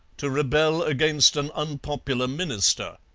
to rebel against an unpopular minister.